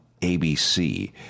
ABC